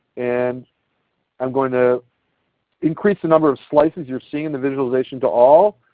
and i'm going to increase the number of slices you are seeing in the visualization to all.